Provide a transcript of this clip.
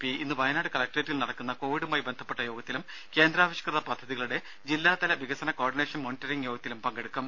P ഇന്ന് വയനാട് കളക്ട്രേറ്റിൽ നടക്കുന്ന കോവിഡുമായി ബന്ധപ്പെട്ട യോഗത്തിലും കേന്ദ്രാവിഷ്കൃത പദ്ധതികളുടെ ജില്ലാതല വികസന കോഓർഡിനേഷൻ മോണിറ്ററിംഗ് യോഗത്തിലും പങ്കെടുക്കും